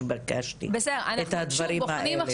שביקשתי את הדברים האלה.